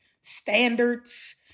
standards